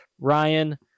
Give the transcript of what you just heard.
Ryan